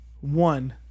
one